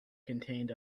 contained